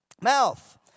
mouth